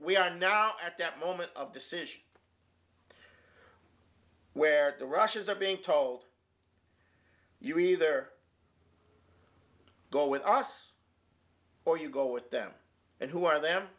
we are now at that moment of decision where the russians are being told you either go with us or you go with them and who are them